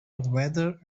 whether